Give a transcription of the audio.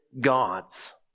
God's